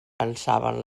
pensaven